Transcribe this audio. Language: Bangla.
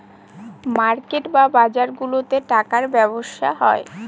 মার্কেট বা বাজারগুলাতে টাকার ব্যবসা হয়